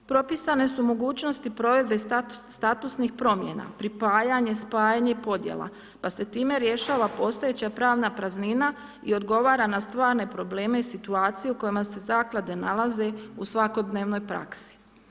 Propisane su mogućnosti provedbe statusnih promjena, pripajanje, spajanje i podjela pa se time rješava postojeća pravna praznina i odgovara na stvarne probleme i situacije u kojima se zaklade nalaze u svakodnevnoj praksi.